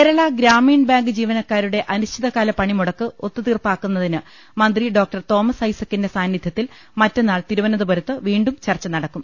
Kerala Grameen bank ജീവനക്കാരുടെ അനിശ്ചിതകാല പണി മുടക്ക് ഒത്തുതീർപ്പാക്കുന്നതിന് മന്ത്രി ഡോക്ടർ തോമസ് ഐസ ക്കിന്റെ സാന്നിധ്യത്തിൽ മറ്റന്നാൾ തിരുവനന്തപുരത്ത് വീണ്ടും ചർച്ച നടക്കും